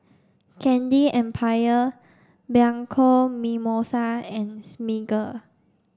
Candy Empire Bianco Mimosa and Smiggle